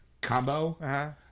combo